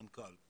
מנכ"ל.